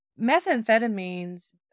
methamphetamines